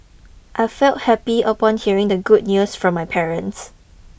I felt happy upon hearing the good news from my parents